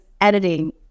editing